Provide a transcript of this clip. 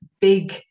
big